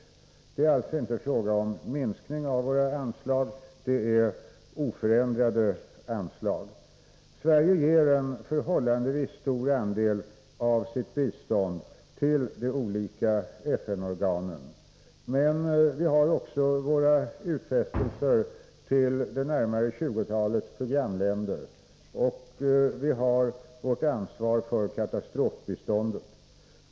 Detta innebär inte någon minskning av våra anslag, utan det är fråga om oförändrade anslag. Sverige ger en förhållandevis stor andel av sitt bistånd till de olika FN organen. Men vi har också gjort utfästelser till det närmare tjugotalet programländer, och vi har ett ansvar för vårt katastrofbistånd.